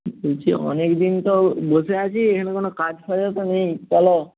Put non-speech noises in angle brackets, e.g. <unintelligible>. বলছি অনেক দিন তো বসে আছি <unintelligible> কোনো কাজ ফাজও তো নেই বলো